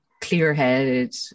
clear-headed